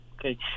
Okay